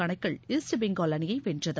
கணக்கில் ஈஸ்ட் பெங்கால் அணியை வென்றது